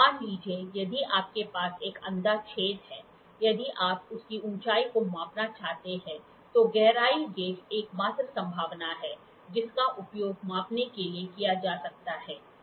मान लीजिए यदि आपके पास एक अंधा छेद है यदि आप इसकी ऊंचाई को मापना चाहते हैं तो गहराई गेज एकमात्र संभावना है जिसका उपयोग मापने के लिए किया जा सकता है ठीक है